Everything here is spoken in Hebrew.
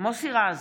מוסי רז,